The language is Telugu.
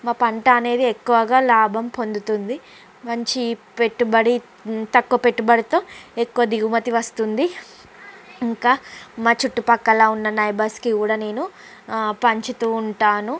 మా పంట అనేది ఎక్కువగా లాభం పొందుతుంది మంచి పెట్టుబడి తక్కువ పెట్టుబడితో ఎక్కువ దిగుమతి వస్తుంది ఇంకా మా చుట్టుపక్కల ఉన్న నైబర్స్కి కూడా నేను పంచుతూ ఉంటాను